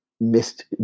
missed